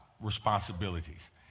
responsibilities